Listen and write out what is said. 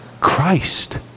Christ